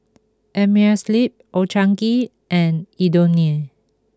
Amerisleep Old Chang Kee and Indomie